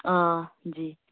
آ جی